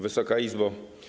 Wysoka Izbo!